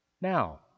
Now